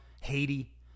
Haiti